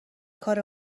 کار